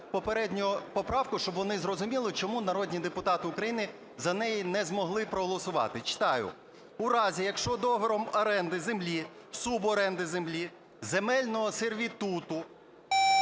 попередню поправку, щоб вони зрозуміли, чому народні депутати України за неї не змогли проголосувати. Читаю. "У разі, якщо договором оренди землі, суборенди землі, земельного сервітуту,